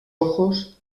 ojos